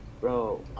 bro